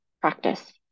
practice